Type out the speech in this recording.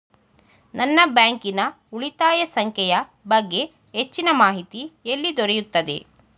ನನ್ನ ಬ್ಯಾಂಕಿನ ಉಳಿತಾಯ ಸಂಖ್ಯೆಯ ಬಗ್ಗೆ ಹೆಚ್ಚಿನ ಮಾಹಿತಿ ಎಲ್ಲಿ ದೊರೆಯುತ್ತದೆ?